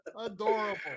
Adorable